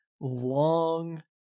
long